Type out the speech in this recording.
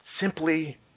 Simply